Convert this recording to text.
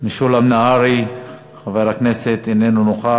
חבר הכנסת משולם נהרי, איננו נוכח,